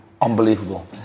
unbelievable